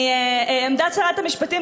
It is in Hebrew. עמדת שרת המשפטים,